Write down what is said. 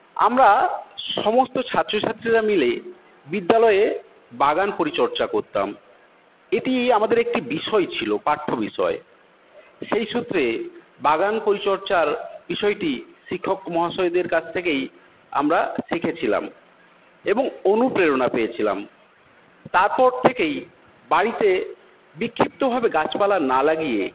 আমরা সমস্ত ছাত্রছাত্রীরা মিলে বিদ্যালয়ে বাগান পরিচর্চা করতাম এটি আমাদের একটি বিষয় ছিল পাঠ্য বিষয় সেইসূত্রে বাগান পরিচর্চার বিষয়টি শিক্ষক মহাশয়দের কাছ থেকেই আমরা শিখেছিলাম এবং অনুপ্রেরণা পেয়েছিলাম তারপর থেকেই বাড়িতে বিক্ষিপ্তভাবে গাছপালা না লাগিয়ে